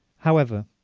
however,